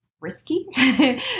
risky